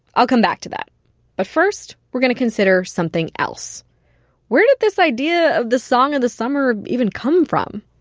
ah come back to that later. ah first, we're going to consider something else where did this idea of the song of the summer even come from?